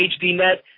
HDNet